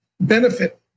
benefit